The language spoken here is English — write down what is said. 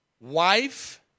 wife